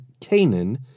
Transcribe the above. Canaan